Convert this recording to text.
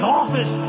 office